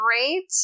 great